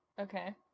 Okay